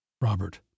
Robert